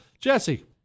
Jesse